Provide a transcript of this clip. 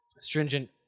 stringent